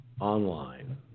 Online